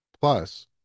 Plus